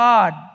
God